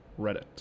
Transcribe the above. Reddit